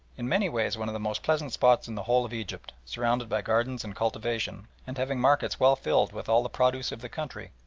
in many ways one of the most pleasant spots in the whole of egypt, surrounded by gardens and cultivation, and having markets well filled with all the produce of the country,